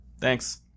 Thanks